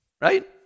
right